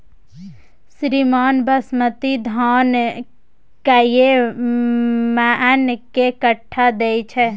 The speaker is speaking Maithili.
श्रीमान बासमती धान कैए मअन के कट्ठा दैय छैय?